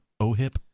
OHIP